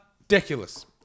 Ridiculous